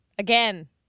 Again